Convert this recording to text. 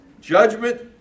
judgment